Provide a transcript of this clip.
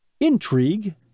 Intrigue